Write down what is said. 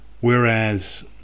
whereas